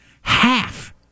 Half